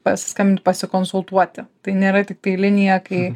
pasiskambint pasikonsultuoti tai nėra tiktai linija kai